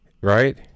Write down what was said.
Right